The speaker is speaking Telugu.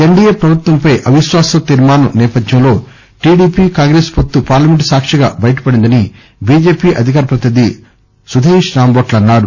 ఎన్డిఎ ప్రభుత్వం పై అవిశ్వాసం తీర్మానం నేపథ్యంలో టిడిపి కాంగ్రెస్ వొత్తు పార్లమెంటు సాక్షిగా బయటపడిందని బిజెపి అధికార ప్రతినిధి సుదీష్ రాంబొట్ల అన్నారు